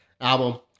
album